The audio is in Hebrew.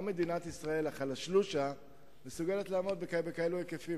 גם מדינת ישראל החלשלושה מסוגלת לעמוד בכאלה היקפים.